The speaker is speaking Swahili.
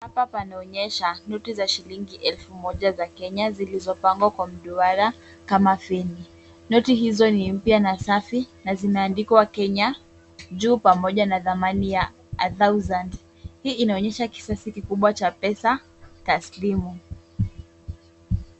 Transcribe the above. Hapa panaonyesha noti za shilingi elfu moja za Kenya zilizopangwa kwa mduara kama feni. Noti hizo ni mpya na safi, na zinaandikwa Kenya, juu, pamoja na thamani ya a thousand . Hii inaonyesha kisasi kikubwa cha pesa, taslimu.